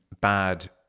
bad